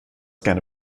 gerne